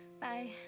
Bye